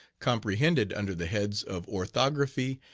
comprehended under the heads of orthography,